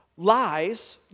Lies